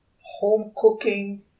home-cooking